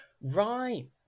Right